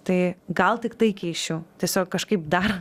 tai gal tik tai keisčiau tiesiog kažkaip dar